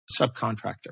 subcontractor